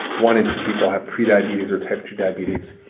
one in two people have pre-diabetes or type ii diabetes.